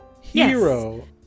hero